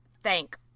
thank